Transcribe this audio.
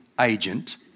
agent